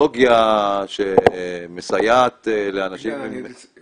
טכנולוגיה שמסייעת לאנשים עם --- אילנה,